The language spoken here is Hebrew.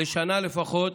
לשנה לפחות,